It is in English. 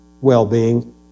well-being